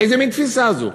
איזה מין תפיסה זו?